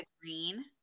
green